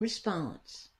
response